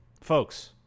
Folks